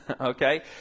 Okay